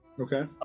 Okay